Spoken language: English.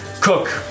Cook